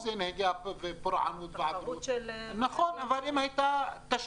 תחרות שהם עשו.